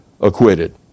acquitted